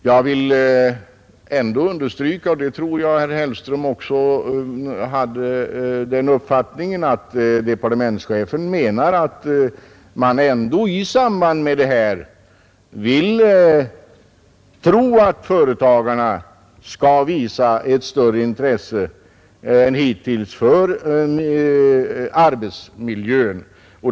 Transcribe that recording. Jag vill understryka — och jag tror herr Hellström också hade den uppfattningen — att departementschefen menar att man ändå i samband med detta vill tro att företagarna skall visa ett större intresse än hittills för arbetsmiljön.